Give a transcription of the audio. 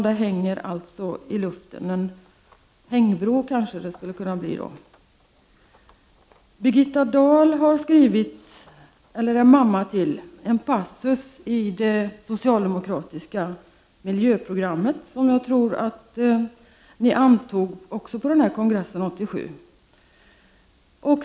Det hänger alltså i luften. En hängbro kanske det skulle kunna bli då. Birgitta Dahl är mamma till en passus i det socialdemokratiska miljöprogrammet, som jag tror att ni också antog på kongressen 1987.